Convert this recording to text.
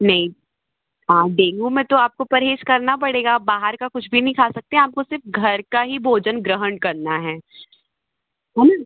नहीं हाँ डेंगू में तो आपको परहेज करना पड़ेगा आप बाहर का कुछ भी नहीं खा सकते आपको सिर्फ घर का ही भोजन ग्रहण करना है है ना